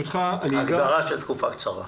מה ההגדרה של תקופה קצרה?